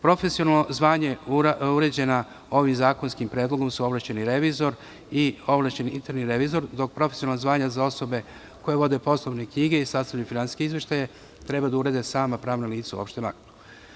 Profesionalna zvanja uređena ovim zakonskim predlogom su ovlašćeni revizor i ovlašćeni interni revizor, dok profesionalna zvanja za osobe koje vode poslovne knjige i sastavljaju finansijske izveštaje treba da urede sama pravna lica u opštem aktu.